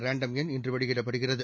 random எண் இன்று வெளியிடப்படுகிறது